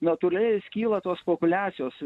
natūraliai skyla tos populiacijos